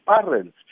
parents